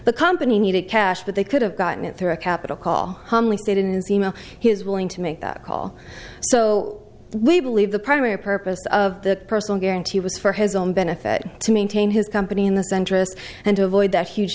the company needed cash but they could have gotten it through a capital call humbly they didn't seem his willing to make that call so we believe the primary purpose of the personal guarantee was for his own benefit to maintain his company in the centrists and to avoid that huge